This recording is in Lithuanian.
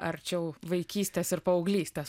arčiau vaikystės ir paauglystės